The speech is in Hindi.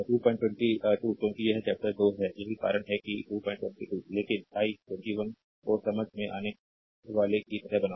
222 क्योंकि यह चैप्टर 2 है यही कारण है कि 222 लेकिन आई 21 को समझ में आने वाले की तरह बनाऊंगा